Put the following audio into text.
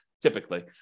typically